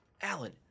Alan